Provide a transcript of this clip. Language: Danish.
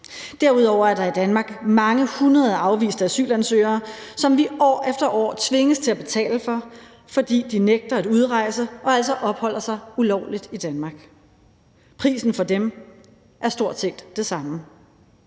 Derudover er der i Danmark mange hundrede afviste asylansøgere, som vi år efter år tvinges til at betale for, fordi de nægter at udrejse og altså opholder sig ulovligt i Danmark. Prisen for dem er stort set det samme.